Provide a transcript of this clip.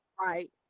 Right